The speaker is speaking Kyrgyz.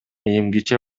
эмгиче